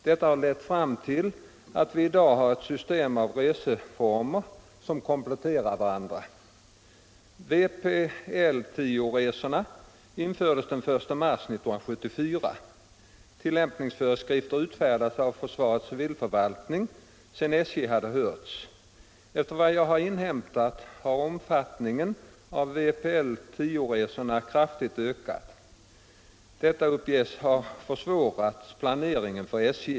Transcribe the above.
Detta har lett fram till att vi i dag har ett system av reseformer som kompletterar varandra. Vpl 10-resorna infördes den 1 mars 1974. Tillämpningsföreskrifter utfärdas av försvarets civilförvaltning sedan SJ har hörts. Efter vad jag har inhämtat har omfattningen av vpl 10-resorna kraftigt ökat. Detta uppges ha försvårat planeringen för SJ.